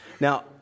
Now